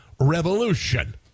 revolution